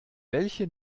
welche